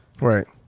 Right